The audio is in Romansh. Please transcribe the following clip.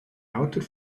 auter